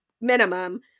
minimum